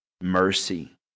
mercy